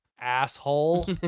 Asshole